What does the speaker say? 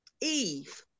Eve